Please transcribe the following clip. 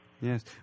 Yes